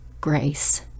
grace